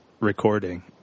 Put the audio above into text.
recording